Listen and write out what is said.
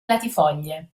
latifoglie